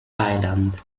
island